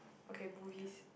okay movies